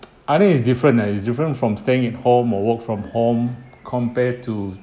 I think it's different ah it's different from staying at home or work from home compared to